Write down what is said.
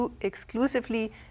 exclusively